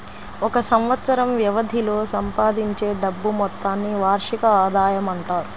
ఒక సంవత్సరం వ్యవధిలో సంపాదించే డబ్బు మొత్తాన్ని వార్షిక ఆదాయం అంటారు